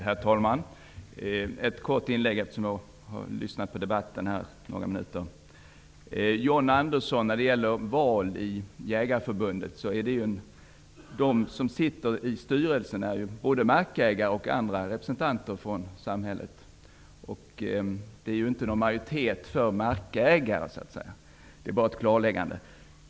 Herr talman! Jag vill göra ett kort inlägg. Jag har lyssnat på debatten här några minuter. Jägareförbundets styrelse, är ju ledamöterna där markägare och andra representanter för olika samhällsområden. Markägarna har ju ingen majoritet. Det var bara ett klarläggande.